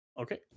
okay